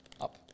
up